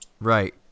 Right